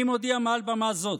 אני מודיע מעל במה זאת: